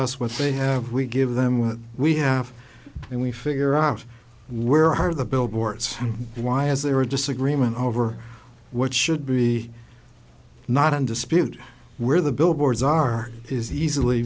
us what they have we give them what we have and we figure out where are the billboards and why is there a disagreement over what should be not in dispute where the billboards are is easily